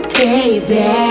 baby